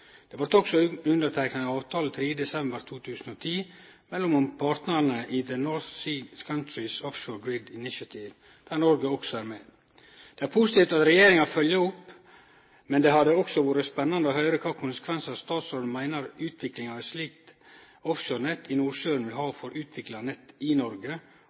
Det vart også underteikna ei avtale 3. desember 2010 mellom partane i The North Seas Countries’ Offshore Grid Initiative, der Noreg også er med. Det er positivt at regjeringa følgjer opp, men det hadde også vore spennande å høyre kva for konsekvensar statsråden meinar utviklinga av eit slikt offshorenett i Nordsjøen vil ha for utviklinga av nettet i Noreg